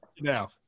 now